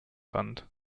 fund